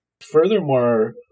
Furthermore